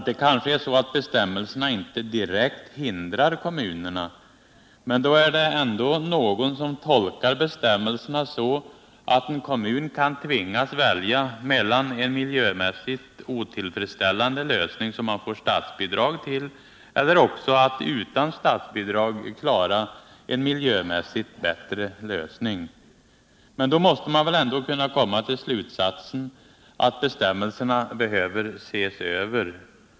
Det kanske är så att bestämmelserna inte direkt hindrar kommunerna, men då är det ändå någon som tolkar bestämmelserna så att en kommun kan tvingas välja mellan att ta en miljömässigt otillfredsställande lösning som man får statsbidrag till eller också att utan statsbidrag klara en miljömässigt bättre lösning. Men då måste man väl ändå kunna komma till slutsatsen att bestämmelserna behöver ses över.